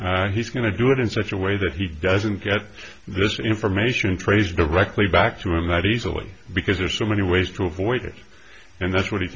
he's going to do it in such a way that he doesn't get this information traced directly back to him that easily because there are so many ways to avoid it and that's wh